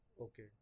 Okay